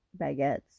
baguettes